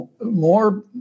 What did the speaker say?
more